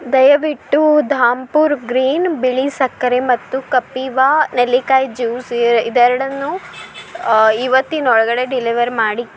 ದಯವಿಟ್ಟು ಧಾಮ್ಪುರ್ ಗ್ರೀನ್ ಬಿಳಿ ಸಕ್ಕರೆ ಮತ್ತು ಕಪೀವಾ ನೆಲ್ಲಿಕಾಯಿ ಜ್ಯೂಸ್ ಇದೆರಡನ್ನೂ ಇವತ್ತಿನೊಳಗಡೆ ಡೆಲಿವರ್ ಮಾಡಿ